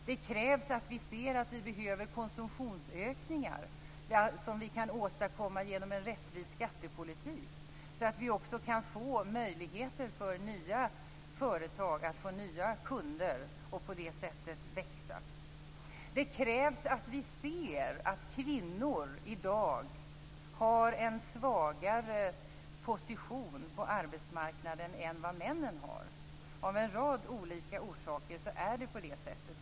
Det krävs att vi ser att vi behöver konsumtionsökningar som vi kan åstadkomma genom en rättvis skattepolitik, så att vi också kan få möjligheter för nya företag att få nya kunder och på det sättet växa. Det krävs att vi ser att kvinnor i dag har en svagare position på arbetsmarknaden än vad männen har. Av en rad olika orsaker är det på det sättet.